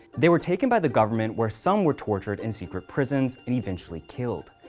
they were taken by the government, where some were tortured in secret prisons and eventually killed.